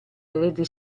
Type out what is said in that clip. arredi